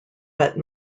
but